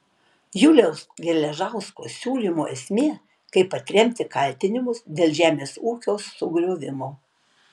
juliaus geležausko siūlymų esmė kaip atremti kaltinimus dėl žemės ūkio sugriovimo